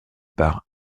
par